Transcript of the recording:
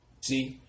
See